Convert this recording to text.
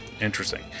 Interesting